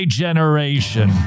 generation